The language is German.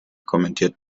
kommentiert